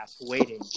waiting